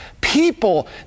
people